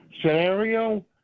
scenario